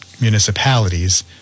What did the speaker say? municipalities